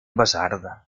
basarda